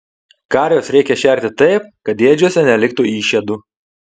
karves reikia šerti taip kad ėdžiose neliktų išėdų